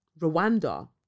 Rwanda